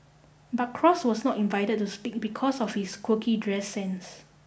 but Cross was not invited to speak because of his quirky dress sense